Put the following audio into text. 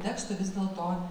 tekstų vis dėlto